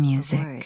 Music